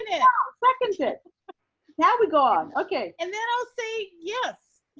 yeah i'll second it now we go on, okay. and then i'll say yes.